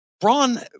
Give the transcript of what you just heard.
Braun